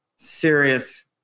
serious